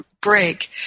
Break